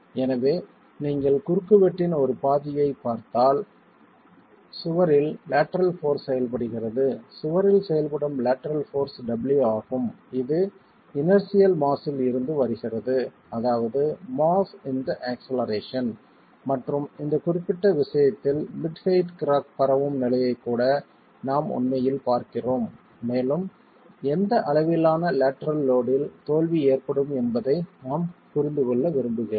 எனவே நீங்கள் குறுக்குவெட்டின் ஒரு பாதியைப் பார்த்தால் சுவரில் லேட்டரல் போர்ஸ் செயல்படுகிறது சுவரில் செயல்படும் லேட்டரல் போர்ஸ் W ஆகும் இது இனெர்சியல் மாஸ்ஸில் இருந்து வருகிறது அதாவது மாஸ் x ஆக்செலரேஷன் மற்றும் இந்த குறிப்பிட்ட விஷயத்தில் மிட் ஹெயிட் கிராக் பரவும் நிலையை கூட நாம் உண்மையில் பார்க்கிறோம் மேலும் எந்த அளவிலான லேட்டரல் லோடில் தோல்வி ஏற்படும் என்பதை நாம் புரிந்து கொள்ள விரும்புகிறோம்